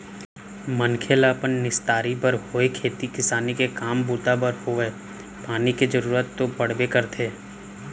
मनखे ल अपन निस्तारी बर होय खेती किसानी के काम बूता बर होवय पानी के जरुरत तो पड़बे करथे